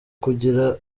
kugira